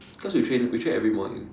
cause we train we train every morning